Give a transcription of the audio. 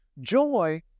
Joy